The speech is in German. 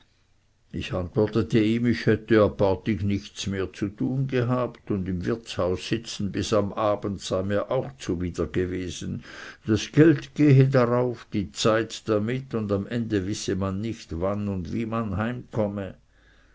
ich antwortete ihm ich hätte apartig nichts mehr zu tun gehabt und im wirtshaus sitzen bis am abend sei mir auch zuwider gewesen das geld gehe drauf die zeit damit und am ende wisse man nicht wann und wie man heimkomme